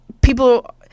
people